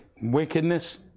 wickedness